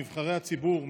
נבחרי הציבור,